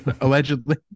allegedly